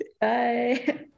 Bye